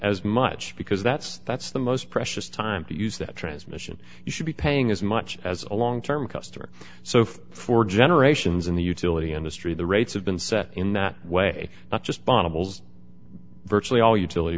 as much because that's that's the most precious time to use that transmission you should be paying as much as a long term customer so for generations in the utility industry the rates have been set in that way not just bottles virtually all utility